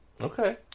Okay